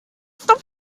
stop